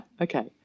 okay